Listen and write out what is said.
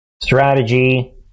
strategy